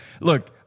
look